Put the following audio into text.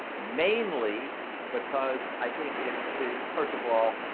mainly because i think it it first of all